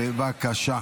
בבקשה.